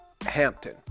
Hampton